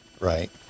Right